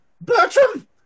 Bertram